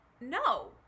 no